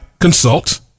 consult